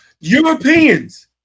Europeans